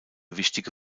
wichtige